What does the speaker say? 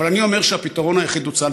אבל אני אומר שהפתרון היחיד הוא צה"ל.